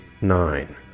nine